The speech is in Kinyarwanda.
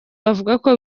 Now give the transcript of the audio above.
bavuga